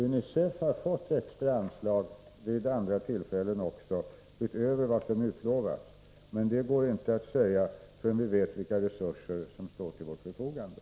UNICEF har fått extra anslag vid andra tillfällen utöver vad som utlovats — men det går alltså inte att säga förrän vi vet vilka resurser som står till vårt förfogande.